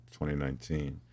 2019